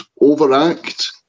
overact